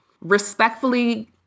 respectfully